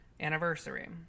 anniversary